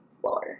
floor